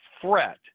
threat